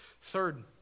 Third